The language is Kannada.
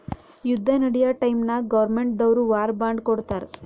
ಯುದ್ದ ನಡ್ಯಾ ಟೈಮ್ನಾಗ್ ಗೌರ್ಮೆಂಟ್ ದವ್ರು ವಾರ್ ಬಾಂಡ್ ಕೊಡ್ತಾರ್